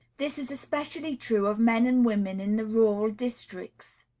this is especially true of men and women in the rural districts.